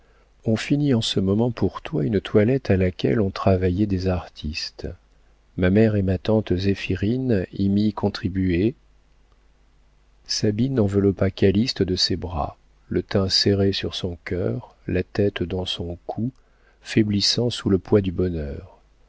on finit en ce moment pour toi une toilette à laquelle ont travaillé des artistes ma mère et ma tante zéphirine y ont contribué illustration oscar husson et quand ils retournaient ils regardaient toujours oscar tapi dans un coin un début dans la vie sabine enveloppa calyste de ses bras le tint serré sur son cœur la tête dans son cou faiblissant sous le poids du bonheur